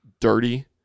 dirty